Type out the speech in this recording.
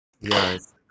Yes